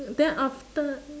then after